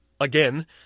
again